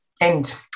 end